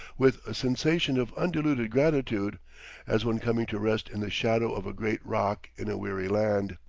with a sensation of undiluted gratitude as one coming to rest in the shadow of a great rock in a weary land.